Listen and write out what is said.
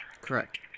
Correct